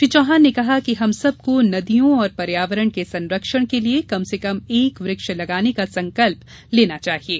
श्री चौहान ने कहा कि हम सब को नदियों और पर्यावरण के संरक्षण के लिये कम से कम एक वृक्ष लगाने का संकल्प लेना चाहिये